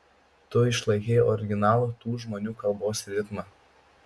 tu išlaikei originalų tų žmonių kalbos ritmą